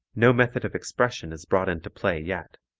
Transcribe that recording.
no method of expression is brought into play yet.